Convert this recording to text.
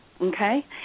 okay